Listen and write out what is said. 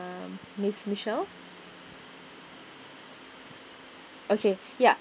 um miss michelle okay yup